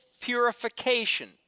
purification